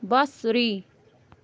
بَصری